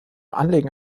anlegen